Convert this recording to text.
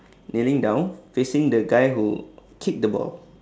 kneeling down facing the guy who kick the ball